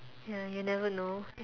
ya you never know